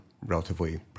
relatively